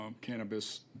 cannabis